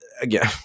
again